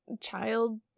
child